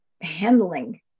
handling